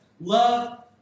love